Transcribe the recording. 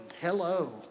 Hello